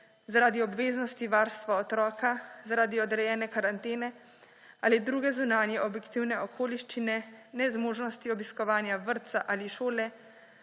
zaradi obveznosti varstva otroka, zaradi odrejene karantene ali druge zunanje objektivne okoliščine, nezmožnosti obiskovanja vrtca ali šole,